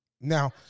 Now